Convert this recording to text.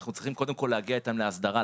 אנחנו צריכים קודם כל להגיע איתם להסדרה,